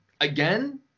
again